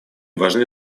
важны